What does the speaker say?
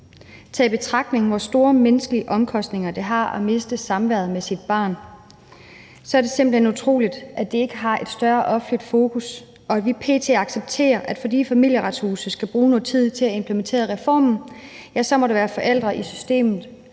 Taget i betragtning hvor store menneskelige omkostninger det har at miste samværet med sit barn, er det simpelt hen utroligt, at det ikke har et større offentligt fokus, og at vi p.t. accepterer, at der, fordi Familieretshuset skal bruge noget tid til at implementere reformen, så må være forældre i systemet,